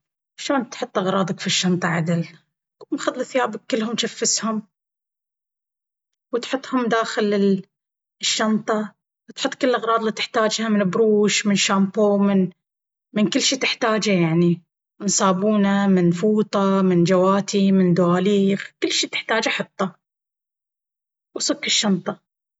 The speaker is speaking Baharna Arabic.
شلون تحط أغراضك في الشنطة عدل، أخذ ثيابك كلهم جفسهم، وتحطهم داخل الشنطة وتحط كل الاغراض اللي تحتاجها من بروش من شامبو من كل شي تحتاجه يعني من صابونة من فوطة من جواتي من دواليغ كل شي تحتاجه حطه... وصك الشنطة.